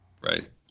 Right